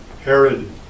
Herod